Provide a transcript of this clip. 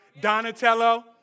Donatello